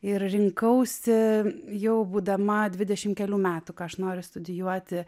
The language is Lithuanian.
ir rinkausi jau būdama dvidešim kelių metų ką aš noriu studijuoti